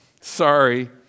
Sorry